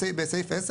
בסעיף (10),